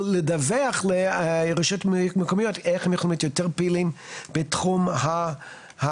לדווח לרשויות מקומיות איך הם יכולים להיות יותר פעילים בתחום האכיפה.